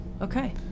Okay